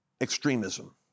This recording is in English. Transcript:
extremism